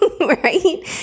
right